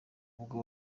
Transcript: ubwo